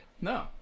No